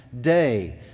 day